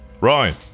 Ryan